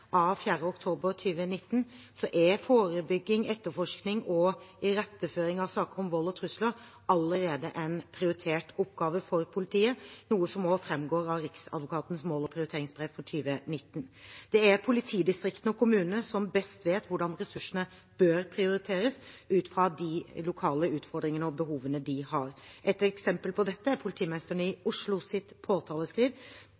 av 14. oktober 2019 er forebygging, etterforskning og iretteføring av saker om vold og trusler allerede en prioritert oppgave for politiet, noe som også framgår av Riksadvokatens mål- og prioriteringsbrev for 2019. Det er politidistriktene og kommunene som best vet hvordan ressursene bør prioriteres, ut fra de lokale utfordringene og behovene de har. Et eksempel på dette er påtaledirektivet fra politimesteren i